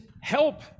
help